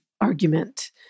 argument